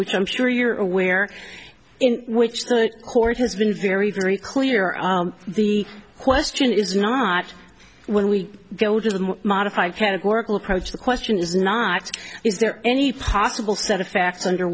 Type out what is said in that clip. which i'm sure you're aware in which the court has been very very clear on the question is not when we go to the modified categorical approach the question is not is there any possible set of fact